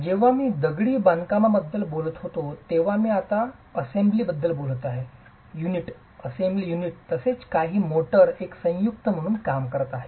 आणि जेव्हा मी दगडी बांधकाम बद्दल बोलतो तेव्हा मी आता असेंब्लीबद्दल बोलत आहे युनिट तसेच काही मोर्टार एक संयुक्त म्हणून काम करत आहे